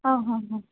ಹಾಂ ಹಾಂ ಹಾಂ